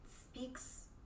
speaks